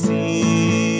See